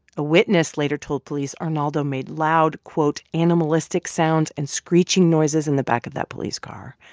a witness later told police arnaldo made loud, quote, animalistic sounds and screeching noises in the back of that police car.